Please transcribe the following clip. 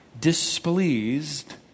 displeased